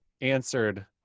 answered